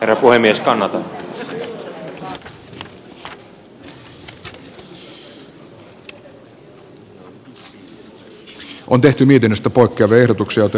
yleisperustelujen kohdalla on tehty viidennestä poikkeverotukselta